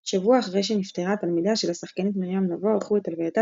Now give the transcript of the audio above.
שבוע אחרי שנפטרה תלמידיה של השחקנית מרים נבו ערכו את הלווייתה,